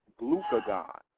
glucagon